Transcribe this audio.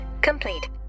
complete